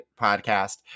podcast